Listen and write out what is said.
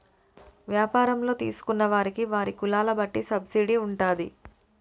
వ్యాపారంలో తీసుకున్న వారికి వారి కులాల బట్టి సబ్సిడీ ఉంటాది